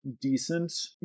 decent